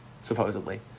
supposedly